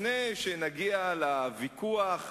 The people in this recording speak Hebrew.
לפני שנגיע לוויכוח,